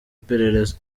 iperereza